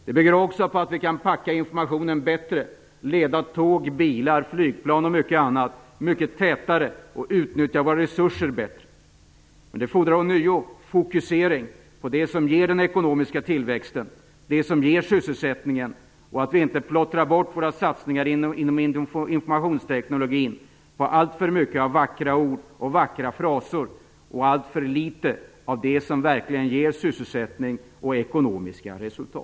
Det bygger också på att vi kan packa informationen bättre, leda tåg, bilar, flygplan och mycket annat mycket tätare och utnyttja våra resurser bättre. Men det fordrar ånyo fokusering på det som ger ekonomisk tillväxt och det som ger sysselsättning och att vi inte plottrar bort våra satsningar inom informationsteknologin på alltför mycket vackra ord och fraser och alltför litet av det som verkligen ger sysselsättning och ekonomiska resultat.